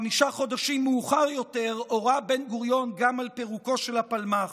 חמישה חודשים מאוחר יותר הורה בן-גוריון גם על פירוקו של הפלמ"ח.